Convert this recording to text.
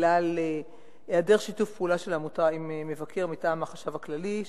בגלל היעדר שיתוף פעולה של העמותה עם מבקר מטעם החשב הכללי,